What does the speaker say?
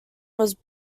was